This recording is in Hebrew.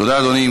תודה, אדוני.